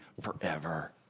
forever